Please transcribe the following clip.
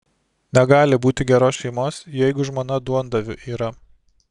negali būti geros šeimos jeigu žmona duondaviu yra